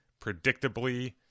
predictably